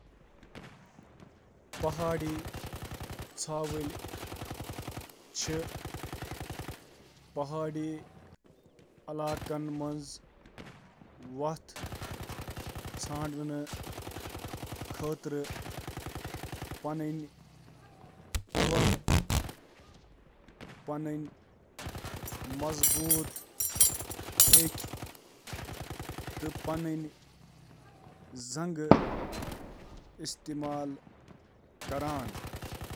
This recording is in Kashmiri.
پہاڑی ژھاوٕ چِھ واریاہ موافقتک وجہ سۭتۍ کھڑی علاقن منٛز نیویگیٹ کرنس قٲبل آسان، یتھ منٛز شٲمل: ہووز، مسل، توازن، چستی تہٕ جمپر۔